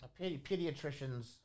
Pediatricians